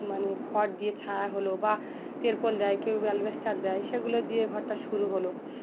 মানে খড় দিয়ে ছায়া হলো বা তেরপল দেয় কেউ অ্যাসবেস্টাস দেয় সেগুলো দিয়ে ঘরটা শুরু হলো